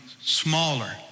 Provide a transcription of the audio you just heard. smaller